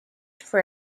for